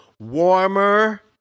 warmer